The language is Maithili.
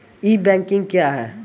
ई बैंकिंग क्या हैं?